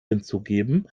hinzugeben